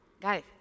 Guys